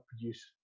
produce